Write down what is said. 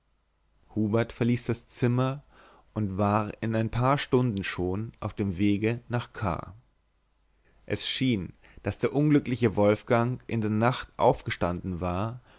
hubert verließ das zimmer und war in ein paar stunden schon auf dem wege nach k es schien daß der unglückliche wolfgang in der nacht aufgestanden war